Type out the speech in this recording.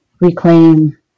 reclaim